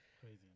crazy